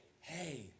hey